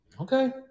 Okay